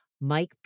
Mike